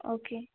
okay